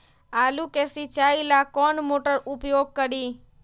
आलू के सिंचाई ला कौन मोटर उपयोग करी?